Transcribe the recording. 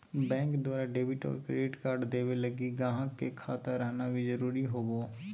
bank द्वारा debit और credit card देवे लगी गाहक के खाता रहना भी जरूरी होवो